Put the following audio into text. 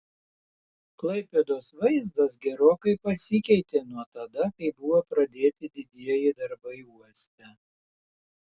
klaipėdos vaizdas gerokai pasikeitė nuo tada kai buvo pradėti didieji darbai uoste